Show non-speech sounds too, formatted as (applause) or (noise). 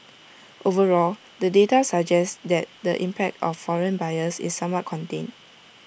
(noise) overall the data suggests that the impact of foreign buyers is somewhat contained